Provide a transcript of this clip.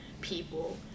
people